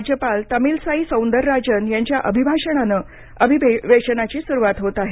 राज्यपाल तामिलसाई सौंदरराजन यांच्या अभिभाषणाने अधिवेशनाची सुरवात होत आहे